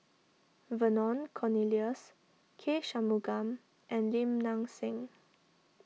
Vernon Cornelius K Shanmugam and Lim Nang Seng